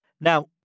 Now